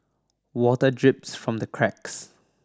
water drips from the cracks